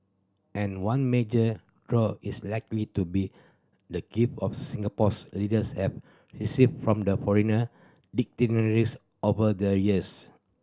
and one major draw is likely to be the gift of Singapore's leaders have received from the foreigner dignitaries over the years